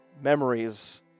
memories